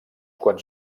quants